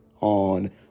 on